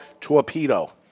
Torpedo